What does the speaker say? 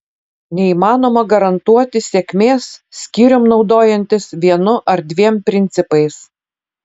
neįmanoma garantuoti sėkmės skyrium naudojantis vienu ar dviem principais